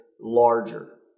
larger